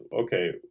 okay